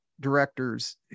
directors